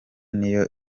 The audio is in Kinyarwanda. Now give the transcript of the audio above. niyo